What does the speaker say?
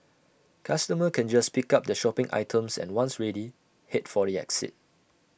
customers can just pick up their shopping items and once ready Head for the exit